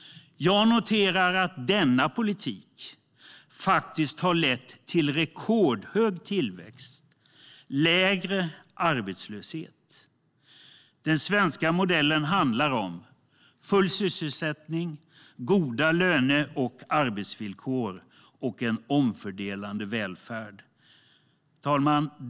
Jag noterar att denna politik faktiskt har lett till rekordhög tillväxt och lägre arbetslöshet. Den svenska modellen handlar om full sysselsättning, goda löner och arbetsvillkor samt en omfördelande välfärd. Herr talman!